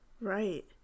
Right